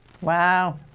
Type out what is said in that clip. Wow